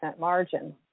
margin